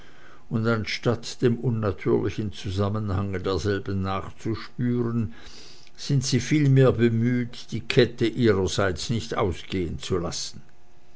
und anstatt dem natürlichen zusammenhange derselben nachzuspüren sind sie vielmehr bemüht die kette ihrerseits nicht ausgehen zu lassen